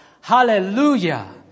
Hallelujah